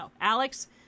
Alex